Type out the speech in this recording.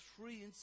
three